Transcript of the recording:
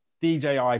DJI